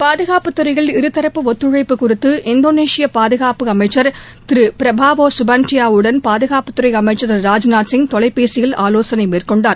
பாதுகாப்புத் துறையில் இருதரப்பு ஒத்துழழப்பு குறித்து இந்தோனேஷிய பாதுகாப்புத்துறை திரு பிரபோவோ கபியாந்தோவுடன் பாதுகாப்புத்துறை அமைச்சர் திரு ராஜ்நாத் சிங் அமைச்சர் தொலைபேசியில் ஆவோசனை மேற்கொண்டார்